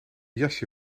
jasje